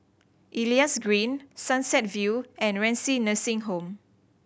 Elias Green Sunset View and Renci Nursing Home